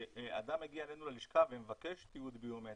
כשאדם מגיע אלינו ללשכה ומבקש תיעוד ביומטרי,